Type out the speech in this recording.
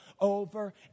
over